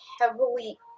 heavily